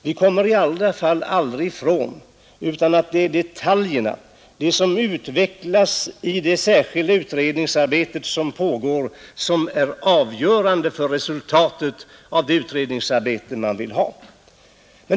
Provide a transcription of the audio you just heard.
Vi kommer i alla fall aldrig ifrån att det är detaljerna, de som utvecklas i det särskilda utredningsarbete som pågår, som är avgörande för resultatet också av det utredningsarbete reservanterna vill ha.